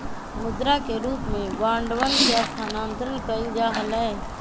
मुद्रा के रूप में बांडवन के स्थानांतरण कइल जा हलय